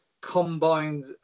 combined